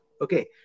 Okay